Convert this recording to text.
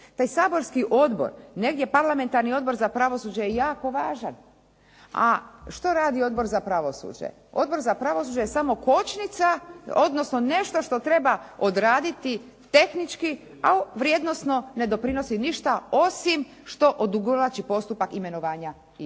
Taj saborski odbor, negdje parlamentarni Odbor za pravosuđe je jako važan, a što radi Odbor za pravosuđe? Odbor za pravosuđe je samo kočnica, odnosno nešto što treba odraditi tehnički, a vrijednosno ne doprinosi ništa osim što odugovlači postupak imenovanja i